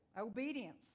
Obedience